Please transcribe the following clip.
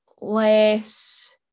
less